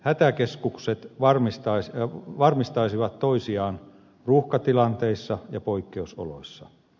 hätäkeskukset varmistaisivat toisiaan ruuhkatilanteissa ja poikkeusoloissa